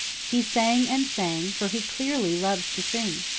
he sang and sang, for he clearly loves to sing.